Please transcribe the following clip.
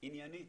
עניינית.